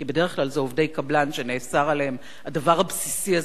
כי בדרך כלל אלה עובדי הקבלן שנאסר עליהם הדבר הבסיסי הזה,